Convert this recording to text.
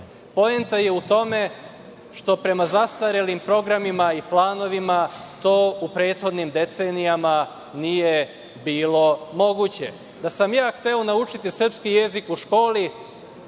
Poenta je u tome što prema zastarelim programima i planovima to u prethodnim decenijama nije bilo moguće. Da sam ja hteo naučiti srpski jezik u školi,